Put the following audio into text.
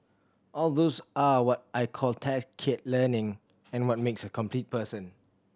all those are what I call tacit learning and what makes a complete person